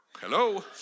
hello